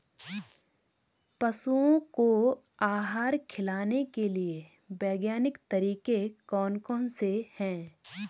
पशुओं को आहार खिलाने के लिए वैज्ञानिक तरीके कौन कौन से हैं?